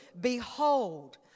behold